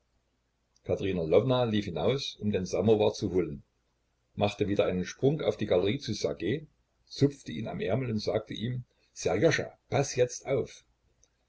katerina lwowna lief hinaus um den samowar zu holen machte wieder einen sprung auf die galerie zu ssergej zupfte ihn am ärmel und sagte ihm sserjoscha paß jetzt auf